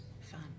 fun